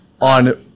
on